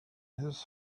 his